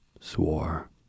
swore